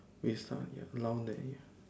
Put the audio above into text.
with lah around there ya